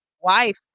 wife